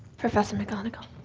professor mcgonagall.